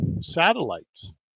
satellites